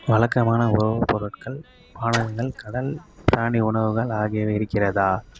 வழக்கமான உணவுப் பொருட்கள் பானங்கள் கடல் பிராணி உணவுகள் ஆகியவை இருக்கிறதா